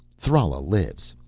thrala lives.